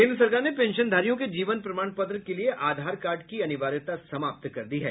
केन्द्र सरकार ने पेंशनधारियों के जीवन प्रमाण पत्र के लिए आधार कार्ड की अनिवार्यता समाप्त कर दी है